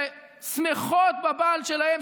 ושמחות בבעל שלהן,